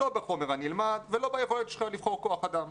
לא בחומר הנלמד ולא ביכולת שלו לבחור כוח אדם.